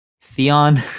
Theon